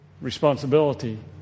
responsibility